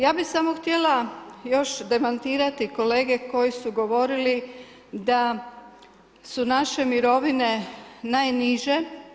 Ja bi samo htjela još demantirati kolege koji su govorili da su naše mirovine najniže.